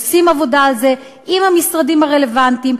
עושים עבודה על זה עם המשרדים הרלוונטיים.